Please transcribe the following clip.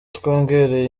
twongereye